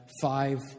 five